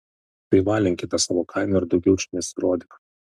tai valink į tą savo kaimą ir daugiau čia nesirodyk